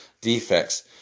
defects